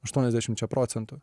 aštuoniasdešimčia procentų